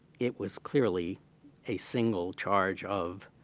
it was clearly a single charge of,